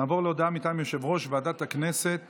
נעבור להודעה מטעם יושב-ראש ועדת הכנסת